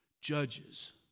Judges